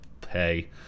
pay